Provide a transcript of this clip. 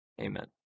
Amen